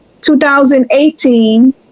2018